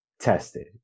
tested